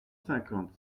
cinquante